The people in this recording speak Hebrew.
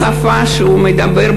בשפה שהוא מדבר,